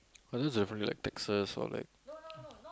!wah! that's definitely like Texas or like